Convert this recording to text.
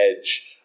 edge